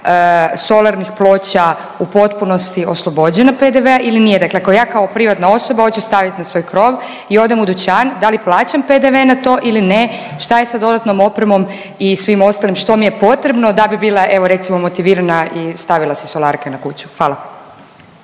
solarnih ploča u potpunosti oslobođena PDV-a ili nije? Dakle, ako ja kao privatna osoba hoću staviti na svoj krov i odem u dućan, da li plaćam PDV na to ili ne? Šta je sa dodatnom opremom i svim ostalim što mi je potrebno da bi bila evo recimo motivirana i stavila si solarke na kuću? Hvala.